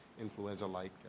influenza-like